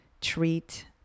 treat